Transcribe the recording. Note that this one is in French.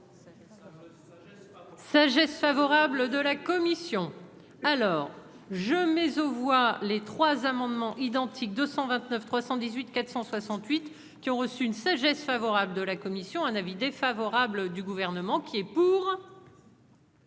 Sagesse favorable de la commission alors je mais aux voit les trois amendements. Identique 229 318 468 qui ont reçu une sagesse favorable de la commission, un avis défavorable du gouvernement qui est pour.